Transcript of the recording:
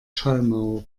schallmauer